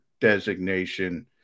designation